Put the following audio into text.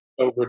over